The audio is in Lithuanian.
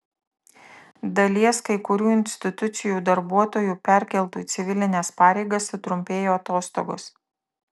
dalies kai kurių institucijų darbuotojų perkeltų į civilines pareigas sutrumpėjo atostogos